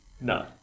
No